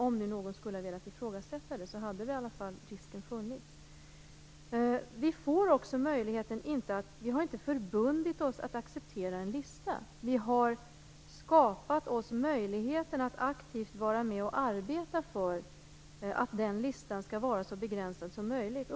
Om någon skulle ha velat ifrågasätta det hade i alla fall risken funnits. Vi har inte förbundit oss att acceptera en lista. Vi har skapat oss möjligheten att aktivt vara med och arbeta för att den listan skall vara så begränsad som möjligt.